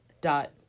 dot